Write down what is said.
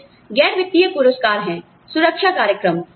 कुछ गैर वित्तीय पुरस्कार हैं सुरक्षा कार्यक्रम